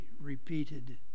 repeated